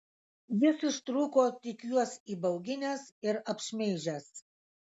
jis ištrūko tik juos įbauginęs ir apšmeižęs